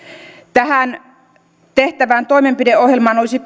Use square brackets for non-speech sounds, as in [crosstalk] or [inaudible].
tähän tehtävään toimenpideohjelmaan olisi [unintelligible]